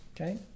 Okay